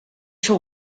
soe